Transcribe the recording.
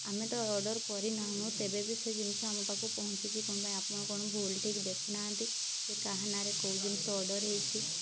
ଆମେ ତ ଅର୍ଡ଼ର୍ କରି ନାହୁଁ ତେବେ ବି ସେ ଜିନିଷ ଆମ ପାଖକୁ ପହଞ୍ଚୁଛି କ'ଣ ପାଇଁ ଆପଣ କ'ଣ ଭୁଲ୍ ଠିକ୍ ଦେଖୁ ନାହାନ୍ତି ଯେ କାହା ନାଁରେ କେଉଁ ଜିନିଷ ଅର୍ଡ଼ର୍ ହେଇଛି